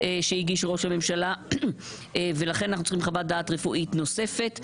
שהגיש ראש הממשלה ולכן אנחנו צריכים חוות דעת רפואית נוספת,